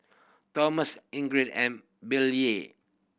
Tomas Ingrid and Billye